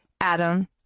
Adam